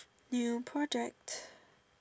new project